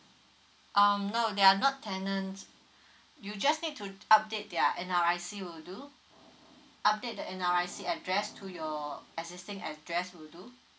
um no they're not tenants you just need to update their N_R_I_C will do update the N_R_I_C address to your existing address will do